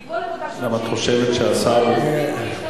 כי כל הבקשות שהגישו לא יספיקו להשתמש בתקציב הזה.